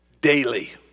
daily